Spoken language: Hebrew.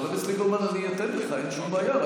חבר הכנסת ליברמן, אני אתן לך, אין שום בעיה.